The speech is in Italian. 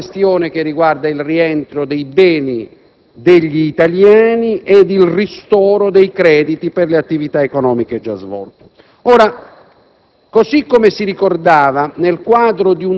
positivamente e di risolvere la questione che riguarda il rientro dei beni degli italiani ed il ristoro dei crediti per le attività economiche già svolte.